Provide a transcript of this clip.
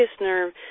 nerve